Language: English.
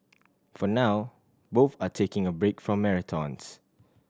for now both are taking a break from marathons